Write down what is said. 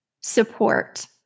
support